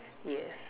yes